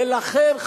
ולכן,